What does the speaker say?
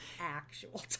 Actual